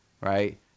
right